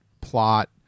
plot